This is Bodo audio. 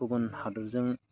गुबुन हादरजों